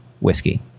whiskey